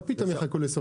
מה פתאום יחכו לסוף שנה?